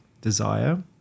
desire